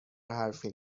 حرفی